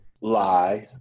lie